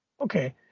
Okay